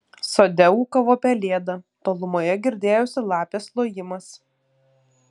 sode ūkavo pelėda tolumoje girdėjosi lapės lojimas